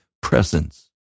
presence